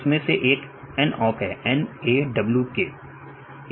उसमें से एक NAWK है